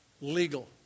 legal